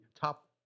top